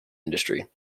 industry